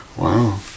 Wow